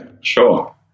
Sure